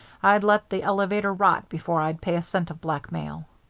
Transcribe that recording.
i'd let the elevator rot before i'd pay a cent of blackmail.